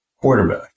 quarterback